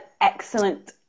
excellent